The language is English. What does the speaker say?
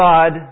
God